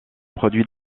produit